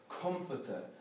comforter